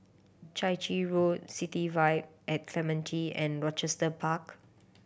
Chai Chee Road City Vibe at Clementi and Rochester Park